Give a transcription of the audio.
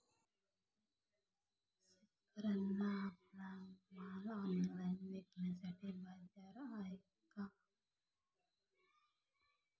शेतकऱ्यांना आपला माल ऑनलाइन विकण्यासाठी बाजार आहे का?